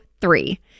three